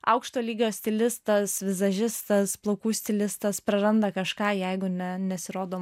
aukšto lygio stilistas vizažistas plaukų stilistas praranda kažką jeigu ne nesirodo